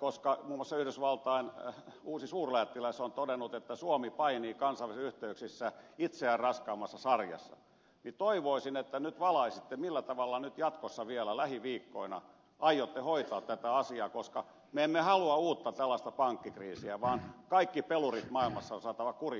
koska muun muassa yhdysvaltain uusi suurlähettiläs on todennut että suomi painii kansainvälisissä yhteyksissä itseään raskaammassa sarjassa että nyt valaisette millä tavalla jatkossa vielä lähiviikkoina aiotte hoitaa tätä asiaa koska me emme halua uutta tällaista pankkikriisiä vaan kaikki pelurit maailmassa on saatava kuriin